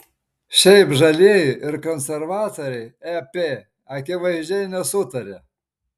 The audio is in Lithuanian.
šiaip žalieji ir konservatoriai ep akivaizdžiai nesutaria